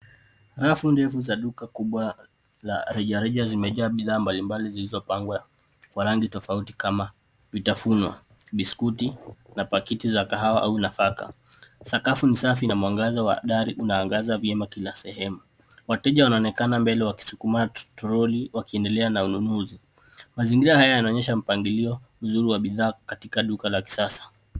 Rafu ndefu za duka kubwa la rejareja zimejaa bidhaa mbalimbali zilizopangwa kwa rangi tofauti kama vitafuno, biskuti na pakiti za kahawa au nafaka. Sakafu ni safi na mwangaza wa dari unaangaza vyema kila sehemu. Wateja wanaonekana mbele wakiskuma troli wakiendelea na ununuzi. Mazingira haya yanaonyesha mpangilio mzuri wa bidhaa katika duka la kisasa.